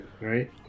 right